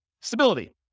Stability